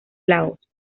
laos